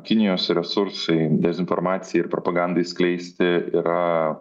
kinijos resursai dezinformacijai ir propagandai skleisti yra